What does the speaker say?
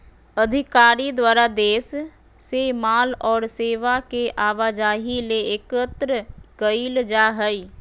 अधिकारी द्वारा देश से माल और सेवा के आवाजाही ले एकत्र कइल जा हइ